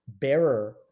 bearer